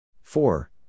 Four